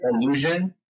illusion